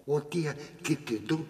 o tie kiti du